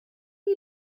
you